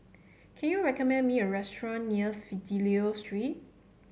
can you recommend me a restaurant near Fidelio Street